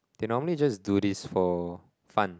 they normally just do this for fun